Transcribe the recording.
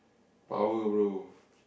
power bro